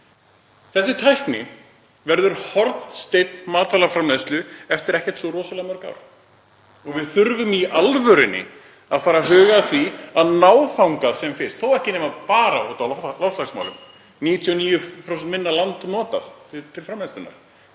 Þessi tækni verður hornsteinn matvælaframleiðslu eftir ekkert svo rosalega mörg ár. Við þurfum í alvörunni að fara að huga að því að ná þangað sem fyrst, þó ekki nema bara út frá loftslagsmálum. 99% minna land notað til framleiðslunnar.